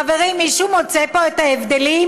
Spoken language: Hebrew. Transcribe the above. חברים, מישהו מוצא פה את ההבדלים?